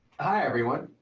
hi everyone.